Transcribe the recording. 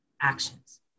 actions